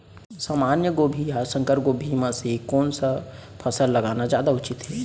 सामान्य गोभी या संकर गोभी म से कोन स फसल लगाना जादा उचित हे?